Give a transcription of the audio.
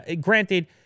Granted